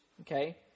okay